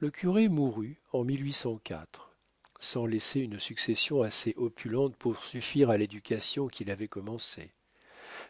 le curé mourut en sans laisser une succession assez opulente pour suffire à l'éducation qu'il avait commencée